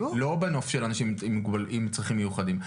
לא בנוף של אנשים עם צרכים מיוחדים.